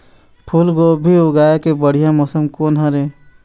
फूलगोभी उगाए के बढ़िया मौसम कोन हर ये?